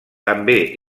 també